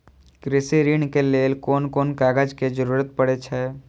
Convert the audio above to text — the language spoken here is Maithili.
कृषि ऋण के लेल कोन कोन कागज के जरुरत परे छै?